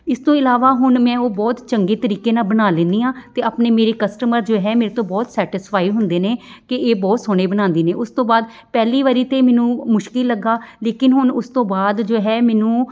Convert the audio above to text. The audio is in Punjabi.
ਇਸ ਤੋਂ ਇਲਾਵਾ ਹੁਣ ਮੈਂ ਉਹ ਬਹੁਤ ਚੰਗੇ ਤਰੀਕੇ ਨਾਲ ਬਣਾ ਲੈਂਦੀ ਹਾਂ ਅਤੇ ਆਪਣੇ ਮੇਰੇ ਕਸਟਮਰ ਜੋ ਹੈ ਮੇਰੇ ਤੋਂ ਬਹੁਤ ਸੈਟਿਸਫਾਈ ਹੁੰਦੇ ਨੇ ਕਿ ਇਹ ਬਹੁਤ ਸੋਹਣੇ ਬਣਾਉਂਦੇ ਨੇ ਉਸ ਤੋਂ ਬਾਅਦ ਪਹਿਲੀ ਵਾਰੀ ਤਾਂ ਮੈਨੂੰ ਮੁਸ਼ਕਿਲ ਲੱਗਾ ਲੇਕਿਨ ਹੁਣ ਉਸ ਤੋਂ ਬਾਅਦ ਜੋ ਹੈ ਮੈਨੂੰ